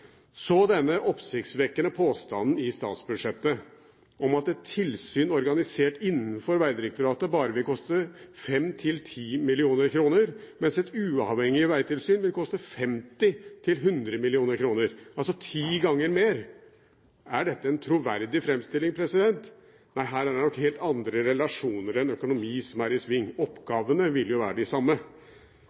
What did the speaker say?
Så denne oppsiktsvekkende påstanden i statsbudsjettet om at et tilsyn organisert innenfor Vegdirektoratet bare vil koste 5–10 mill. kr, mens et uavhengig vegtilsyn vil koste 50–100 mill. kr – altså ti ganger mer. Er dette en troverdig framstilling? Nei, her er det nok helt andre relasjoner enn økonomi som er i sving. Oppgavene vil jo være de samme.